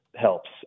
helps